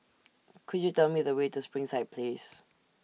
Could YOU Tell Me The Way to Springside Place